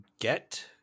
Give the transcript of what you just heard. get